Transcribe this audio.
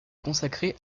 consacré